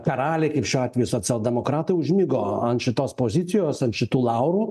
karaliai kaip šiuo atveju socialdemokratai užmigo ant šitos pozicijos ant šitų laurų